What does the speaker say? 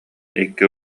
икки